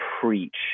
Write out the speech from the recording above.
preach